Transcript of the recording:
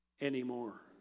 anymore